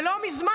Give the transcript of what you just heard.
ולא מזמן,